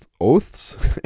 oaths